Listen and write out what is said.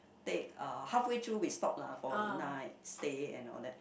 take uh halfway through we stop lah for a night stay and all that